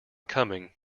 coming